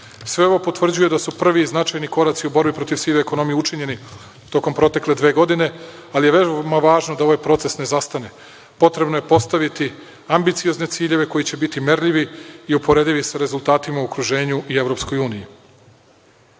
ovo potvrđuje da su prvi i značajni koraci u borbi protiv sive ekonomije učinjeni tokom protekle dve godine, ali je veoma važno da ovaj proces ne zastane. Potrebno je postaviti ambiciozne ciljeve koji će biti merljivi i uporedivi sa rezultatima u okruženju i EU.Zadatak